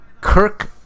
Kirk